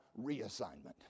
reassignment